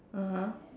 (uh huh)